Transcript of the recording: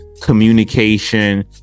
communication